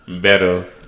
Better